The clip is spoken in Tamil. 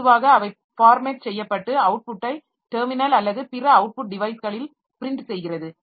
பொதுவாக அவை ஃபார்மட் செய்யப்பட்டு அவுட்புட்டை டெர்மினல் அல்லது பிற அவுட்புட் டிவைஸ்களில் ப்ரின்ட் செய்கிறது